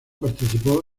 participó